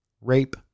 Rape